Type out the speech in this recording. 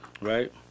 right